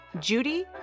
Judy